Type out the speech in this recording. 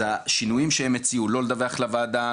אז השינויים שהם הציעו, לא לדווח לוועדה.